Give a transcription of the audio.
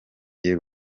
rubavu